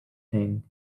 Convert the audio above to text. thing